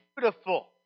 beautiful